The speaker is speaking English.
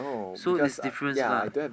so that's difference lah